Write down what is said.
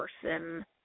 person